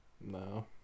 No